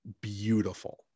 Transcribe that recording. beautiful